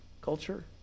culture